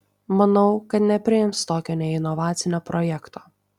manau kad nepriims tokio neinovacinio projekto